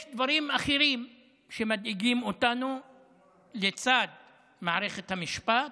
יש דברים אחרים שמדאיגים אותנו לצד מערכת המשפט,